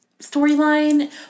storyline